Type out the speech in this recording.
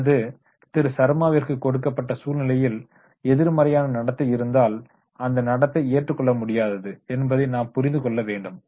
அல்லது திரு சர்மாவிற்கு கொடுக்கப்பட்ட சூழ்நிலையில் எதிர்மறையான நடத்தை இருந்தால் அந்த நடத்தை ஏற்றுக்கொள்ள முடியாதது என்பதை நாம் புரிந்து கொள்ள வேண்டும்